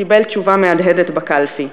קיבל תשובה מהדהדת בקלפי.